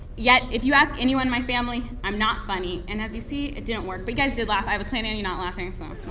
yet if you ask anyone my family, i'm not funny, and as you see, it didn't work but you guys did laugh, i was planning on you not laughing, so